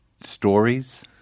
stories